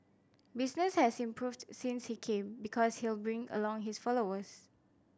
business has improved since he came because he'll bring along his followers